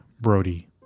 Brody